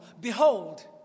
Behold